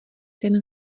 ten